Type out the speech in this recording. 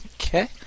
Okay